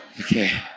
Okay